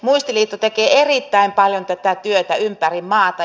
muistiliitto tekee erittäin paljon tätä työtä ympäri maata